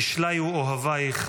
ישליו אוהבָיִךְ.